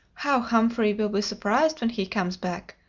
how humphrey will be surprised when he comes back!